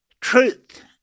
truth